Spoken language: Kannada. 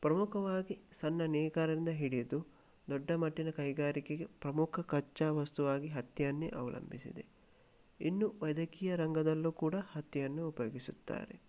ಪ್ರಮುಖವಾಗಿ ಸಣ್ಣ ನೇಕಾರರಿಂದ ಹಿಡಿದು ದೊಡ್ಡ ಮಟ್ಟಿನ ಕೈಗಾರಿಕೆಗೆ ಪ್ರಮುಖ ಕಚ್ಚಾ ವಸ್ತುವಾಗಿ ಹತ್ತಿಯನ್ನೇ ಅವಲಂಬಿಸಿದೆ ಇನ್ನು ವೈದ್ಯಕೀಯ ರಂಗದಲ್ಲೂ ಕೂಡ ಹತ್ತಿಯನ್ನು ಉಪಯೋಗಿಸುತ್ತಾರೆ